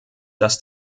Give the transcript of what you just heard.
dass